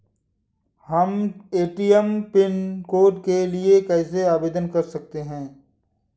हम ATM PIN code के लिए कैसे आवेदन कर सकते हैं?